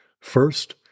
First